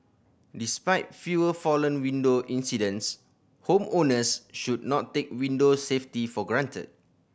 despite fewer fallen window incidents homeowners should not take window safety for granted